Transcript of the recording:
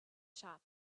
shop